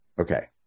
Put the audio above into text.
Okay